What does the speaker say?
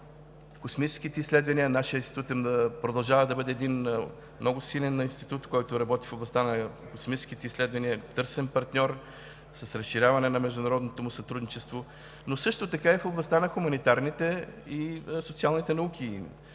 космическите изследвания. Нашият институт продължава да бъде един много силен институт, който работи в областта на космическите изследвания, търсен партньор с разширяване на международното му сътрудничество, но също така и в областта на хуманитарните и социалните науки,